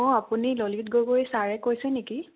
অঁ আপুনি ললিত গগৈ ছাৰে কৈছে নেকি